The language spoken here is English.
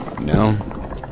No